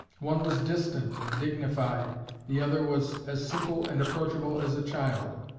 one was distant and dignified the other was as simple and approachable as a child.